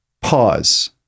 Pause